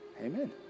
Amen